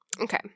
Okay